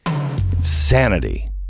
Insanity